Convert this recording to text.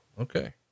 okay